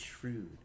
shrewd